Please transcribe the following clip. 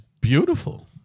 beautiful